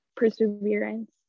perseverance